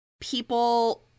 people